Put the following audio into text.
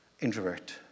introvert